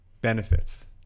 benefits